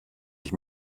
ich